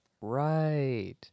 Right